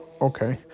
Okay